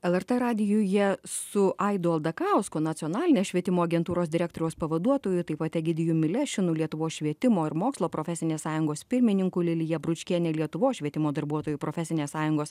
lrt radijuje su aidu aldakausku nacionalinės švietimo agentūros direktoriaus pavaduotoju taip pat egidijum milešinu lietuvos švietimo ir mokslo profesinės sąjungos pirmininku lilija bručkienė lietuvos švietimo darbuotojų profesinės sąjungos